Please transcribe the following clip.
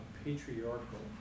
patriarchal